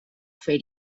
fer